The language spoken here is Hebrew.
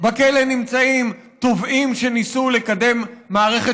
בכלא נמצאים תובעים שניסו לקדם מערכת